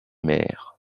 mère